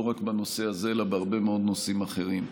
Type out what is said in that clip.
לא רק בנושא הזה אלא בהרבה מאוד נושאים אחרים.